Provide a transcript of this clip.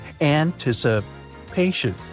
Anticipation